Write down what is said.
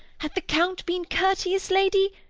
hath the count been courteous, lady?